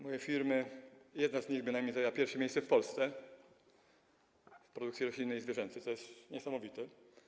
Moje firmy, jedna z nich zajęła pierwsze miejsce w Polsce w produkcji roślinnej i zwierzęcej, co jest niesamowite.